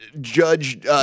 judge